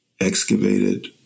excavated